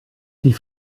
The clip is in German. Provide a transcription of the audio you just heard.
die